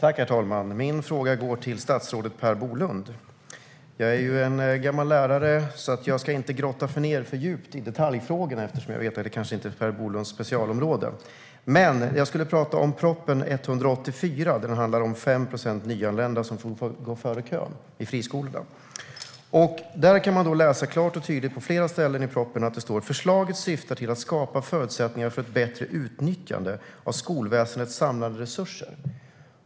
Herr talman! Min fråga går till statsrådet Per Bolund. Jag är en gammal lärare, så jag ska inte grotta ned för djupt i detaljfrågorna eftersom jag vet att det kanske inte är Per Bolunds specialområde. Jag ska tala om proposition 184 som handlar om att 5 procent nyanlända får gå före i kön till friskolorna. Man kan på flera ställen i propositionen klart och tydligt läsa: Förslaget syftar till att skapa förutsättningar för ett bättre utnyttjande av skolväsendets samlade resurser.